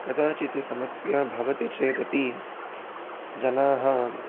कदाचित् समस्या भवति चेत् अपि जनाः